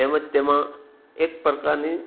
તેમ જ તેમાં એક પ્રકારની